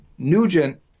Nugent